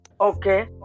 Okay